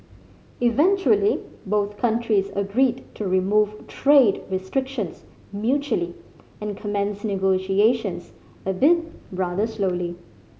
eventually both countries agreed to remove trade restrictions mutually and commence negotiations albeit rather slowly